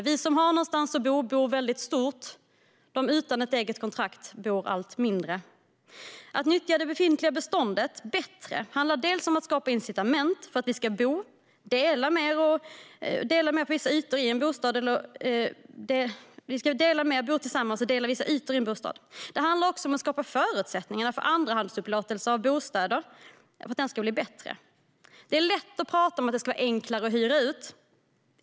Vi som har någonstans att bo bor väldigt stort, samtidigt som de som saknar eget kontrakt bor allt mindre. Att nyttja det befintliga beståndet bättre handlar dels om att skapa incitament för att vi ska dela mer, bo tillsammans eller dela vissa ytor i en bostad, dels om att skapa bättre förutsättningar för andrahandsupplåtelser av bostäder. Det är lätt att prata om att det ska vara enklare att hyra ut.